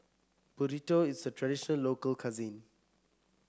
Burrito is a traditional local cuisine